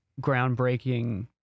groundbreaking